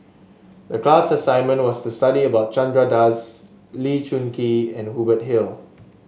a class assignment was to study about Chandra Das Lee Choon Kee and Hubert Hill